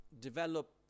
develop